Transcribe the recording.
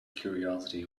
curiosity